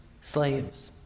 slaves